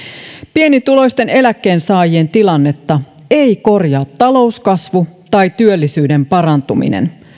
pienituloisten eläkkeensaajien tilannetta ei korjaa talouskasvu tai työllisyyden parantuminen